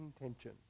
intention